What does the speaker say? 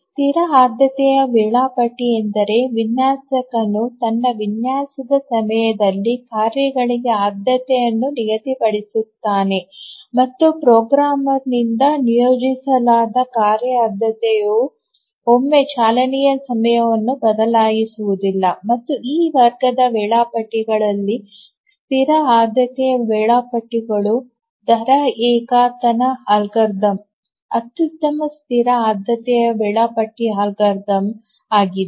ಸ್ಥಿರ ಆದ್ಯತೆಯ ವೇಳಾಪಟ್ಟಿ ಎಂದರೆ ವಿನ್ಯಾಸಕನು ತನ್ನ ವಿನ್ಯಾಸದ ಸಮಯದಲ್ಲಿ ಕಾರ್ಯಗಳಿಗೆ ಆದ್ಯತೆಯನ್ನು ನಿಗದಿಪಡಿಸುತ್ತಾನೆ ಮತ್ತು ಪ್ರೋಗ್ರಾಮರ್ನಿಂದ ನಿಯೋಜಿಸಲಾದ ಕಾರ್ಯ ಆದ್ಯತೆಯು ಒಮ್ಮೆ ಚಾಲನೆಯ ಸಮಯದಲ್ಲಿ ಬದಲಾಗುವುದಿಲ್ಲ ಮತ್ತು ಈ ವರ್ಗದ ವೇಳಾಪಟ್ಟಿಗಳಲ್ಲಿ ಸ್ಥಿರ ಆದ್ಯತೆಯ ವೇಳಾಪಟ್ಟಿಗಳು ದರ ಏಕತಾನ ಅಲ್ಗಾರಿದಮ್ ಅತ್ಯುತ್ತಮ ಸ್ಥಿರ ಆದ್ಯತೆಯ ವೇಳಾಪಟ್ಟಿ ಅಲ್ಗಾರಿದಮ್ ಆಗಿದೆ